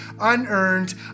unearned